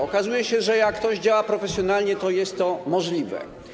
Okazuje się, że jak ktoś działa profesjonalnie, to jest to możliwe.